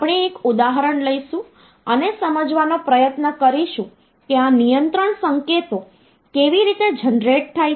આપણે એક ઉદાહરણ લઈશું અને સમજવાનો પ્રયત્ન કરીશું કે આ નિયંત્રણ સંકેતો કેવી રીતે જનરેટ થાય છે